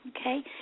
okay